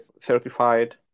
certified